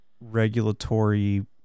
regulatory